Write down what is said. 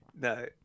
No